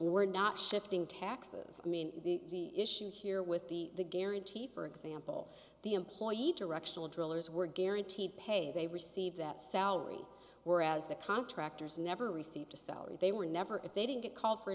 were not shifting taxes i mean the issue here with the guarantee for example the employee directional drillers were guaranteed pay they receive that salary whereas the contractors never received a salary they were never if they didn't get called for a